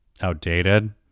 outdated